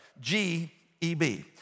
G-E-B